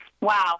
Wow